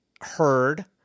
heard